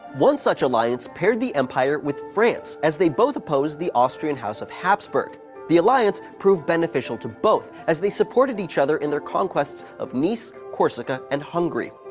one such alliance paired the empire with france as they both opposed the austrian house of hapsburg, and the alliance proved beneficial to both as they supported each other in their conquests of nice, corsica, and hungary.